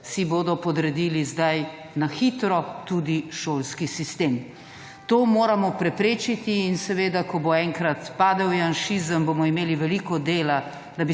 si bodo podredili zdaj na hitro tudi šolski sistem. To moramo preprečiti in seveda, ko bo enkrat padel Janšizem, bomo imeli veliko dela,